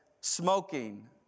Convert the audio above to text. smoking